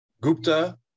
Gupta